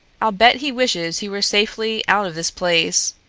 i'll bet he wishes he were safely out of this place,